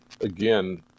again